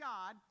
God